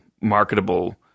marketable